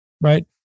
right